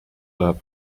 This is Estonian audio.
läheb